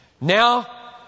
Now